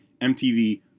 MTV